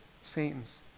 Satan's